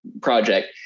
project